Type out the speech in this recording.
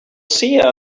see